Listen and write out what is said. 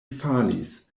falis